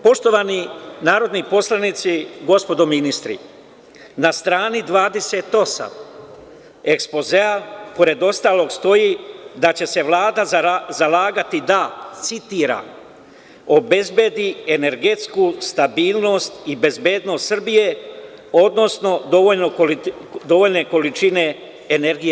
Poštovani narodni poslanici, gospodo ministri, na strani 28 ekspozea stoji da će se Vlada zalagati da, citiram, obezbedi energetsku stabilnost i bezbednost Srbije, odnosno dovoljne količine energije.